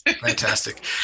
fantastic